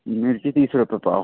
मिर्ची तीस रुपए पाव